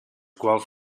quals